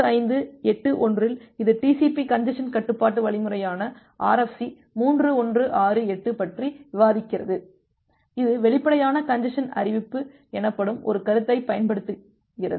RFC 2581 இல் இது TCP congestion கட்டுப்பாட்டு வழிமுறையான RFC 3168 பற்றி விவாதிக்கிறது இது வெளிப்படையான கஞ்ஜசன் அறிவிப்பு எனப்படும் ஒரு கருத்தைப் பயன்படுத்துகிறது